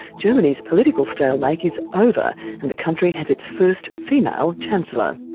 germany's political stalemate like is over and the country has its first female chancellor.